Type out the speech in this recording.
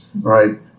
right